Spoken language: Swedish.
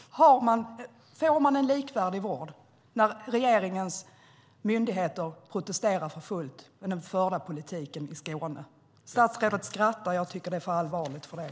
Får man en likvärdig vård när regeringens myndigheter protesterar för fullt mot den förda politiken i Skåne? Statsrådet skrattar. Jag tycker att det är för allvarligt för det.